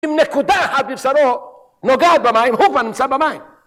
אם נקודה אחת בבשרו נוגעת במים, הוא כבר נמצא במים.